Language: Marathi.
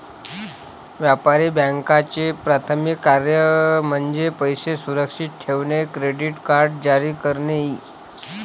व्यापारी बँकांचे प्राथमिक कार्य म्हणजे पैसे सुरक्षित ठेवणे, क्रेडिट कार्ड जारी करणे इ